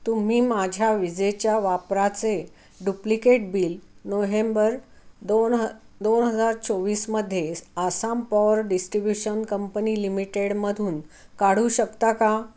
तुम्ही माझ्या विजेच्या वापराचे डुप्लिकेट बिल नोहेंबर दोन ह दोन हजार चोवीसमध्ये आसाम पॉवर डिस्ट्रीब्युशन कंपनी लिमिटेडमधून काढू शकता का